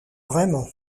vraiment